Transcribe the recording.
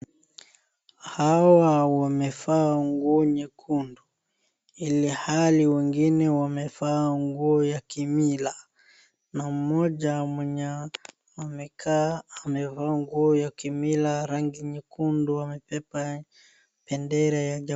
Hawa wamevaa nguo nyekundu. Ilihali wengine wamevaa nguo ya kimila na mmoja mwenye amekaa amevaa nguo ya kimila rangi nyekundu amepepa bendera ya ja.....